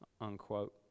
unquote